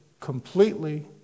completely